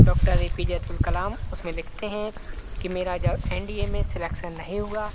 doctor A P J Abdul Kalam उसमें लिखते हैं कि मेरा जब एन डी ए में सेलेक्सन नहीं हुआ